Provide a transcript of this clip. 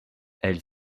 elle